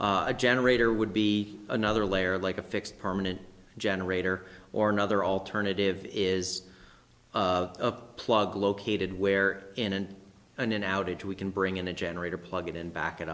a generator would be another layer like a fixed permanent generator or another alternative is a plug located where in and an outage we can bring in a generator plug it in back